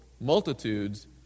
multitudes